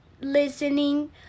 listening